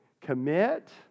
Commit